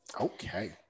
Okay